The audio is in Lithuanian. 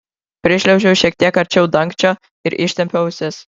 prišliaužiau šiek tiek arčiau dangčio ir ištempiau ausis